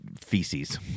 feces